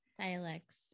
Dialects